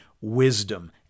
wisdom